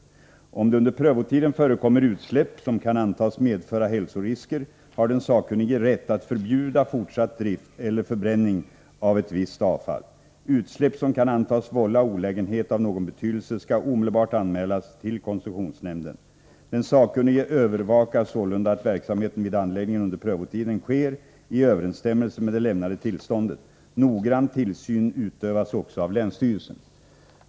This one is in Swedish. Om det under prövotiden förekommer utsläpp som kan antas medföra hälsorisker har den sakkunnige rätt att förbjuda fortsatt drift eller förbränning av visst avfall. Utsläpp som kan antas vålla olägenhet av någon betydelse skall omedelbart anmälas till koncessionsnämnden. Den sakkunnige övervakar således att verksamheten vid anläggningen under prövotiden sker i överensstämmelse med det lämnade tillståndet. Noggrann tillsyn utövas också av länsstyrelsen.